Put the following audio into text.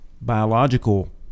biological